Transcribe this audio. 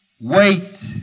wait